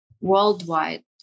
worldwide